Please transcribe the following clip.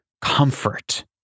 comfort